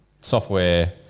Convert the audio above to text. software